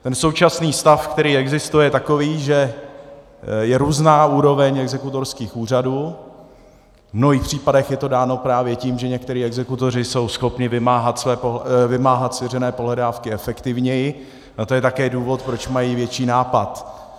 Ten současný stav, který existuje, je takový, že je různá úroveň exekutorských úřadů, v mnohých případech je to dáno právě tím, že někteří exekutoři jsou schopni vymáhat svěřené pohledávky efektivněji, a to je také důvod, proč mají větší nápad.